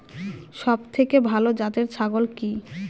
সবথেকে ভালো জাতের ছাগল কি?